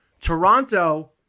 Toronto